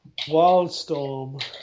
Wildstorm